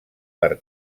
per